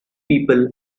people